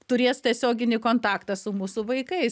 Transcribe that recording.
turės tiesioginį kontaktą su mūsų vaikais